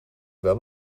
wel